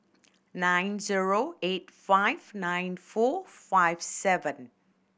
nine zero eight five nine four five seven